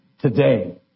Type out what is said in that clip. today